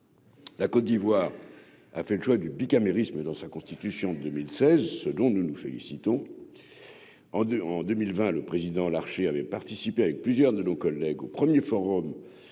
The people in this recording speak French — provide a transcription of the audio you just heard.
La Côte d'Ivoire a fait le choix du bicamérisme dans sa Constitution 2016, ce dont nous nous félicitons en 2 en 2020, le président Larché avait participé avec plusieurs de nos collègues au 1er forum